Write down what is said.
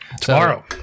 Tomorrow